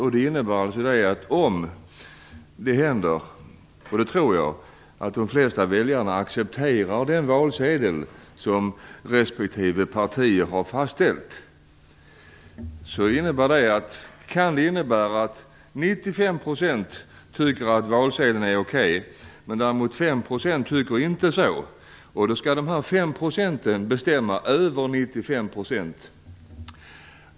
Om det händer - och det tror jag - att de flesta väljare, säg 95 %, accepterar den valsedel som respektive partier har fastställt, så kan det innebära att 5 % som inte tycker så skall bestämma över de 95.